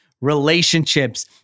relationships